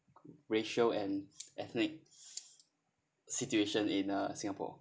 racial and ethnic situation in uh singapore